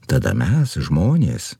tada mes žmonės